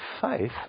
faith